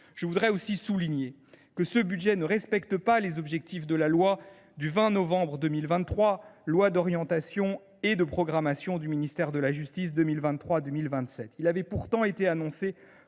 Je voudrais aussi souligner que ce budget ne respecte pas les objectifs de la loi du 20 novembre 2023 d’orientation et de programmation du ministère de la justice 2023 2027. Il avait pourtant été annoncé